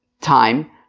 time